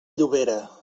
llobera